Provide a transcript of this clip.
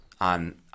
on